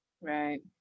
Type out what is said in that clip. Right